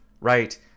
right